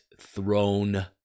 throne